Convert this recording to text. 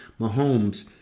Mahomes